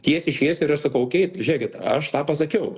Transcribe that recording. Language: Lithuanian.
tiesiai šviesiai ir aš sakau okei žiūrėkit aš tą pasakiau